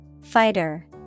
Fighter